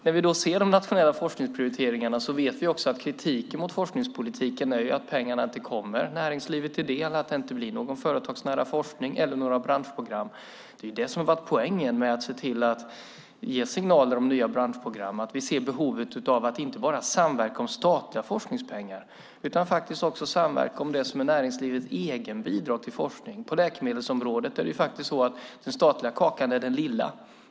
När vi ser de nationella forskningsprioriteringarna vet vi också att kritiken mot forskningspolitiken är att pengarna inte kommer näringslivet till del och att det inte blir någon företagsnära forskning eller några branschprogram. Det är det som har varit poängen med att se till att ge signaler om nya branschprogram. Vi ser behovet av att inte bara samverka om statliga forskningspengar utan faktiskt också samverka om det som är näringslivets egna bidrag till forskning. På läkemedelsområdet är den statliga kakan den lilla.